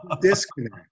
disconnect